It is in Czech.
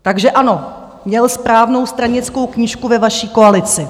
Takže ano, měl správnou stranickou knížku ve vaší koalici.